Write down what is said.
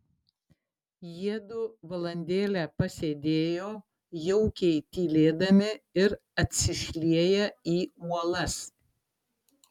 jiedu valandėlę pasėdėjo jaukiai tylėdami ir atsišlieję į uolas